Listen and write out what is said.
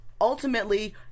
ultimately